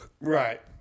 Right